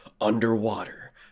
underwater